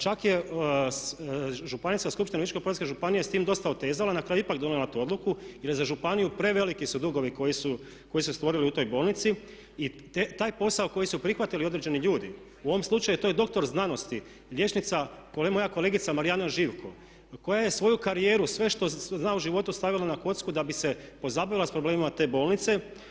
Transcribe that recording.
Čak je Županijska skupština Virovitičko-podravske županije s tim dosta otezala, na kraju je ipak donijela tu odluku jer je za županiju, preveliki su dugovi koji su se stvorili u toj bolnici i taj posao koji su prihvatili određeni ljudi, u ovom slučaju to je dr. znanosti, liječnica, moja kolegica Marijana Živko koja je svoju karijeru, sve što zna u životu stavila na kocku da bi se pozabavila s problemima te bolnice.